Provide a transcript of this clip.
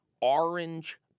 Orange